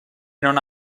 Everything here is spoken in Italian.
non